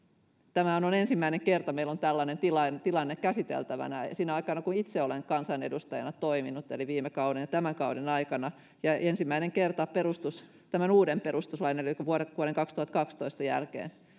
tämähän on ensimmäinen kerta kun meillä on tällainen tilanne käsiteltävänä sinä aikana kun itse olen kansanedustajana toiminut eli viime kauden ja tämän kauden aikana ja ensimmäinen kerta uuden perustuslain elikkä vuoden vuoden kaksituhattakaksitoista jälkeen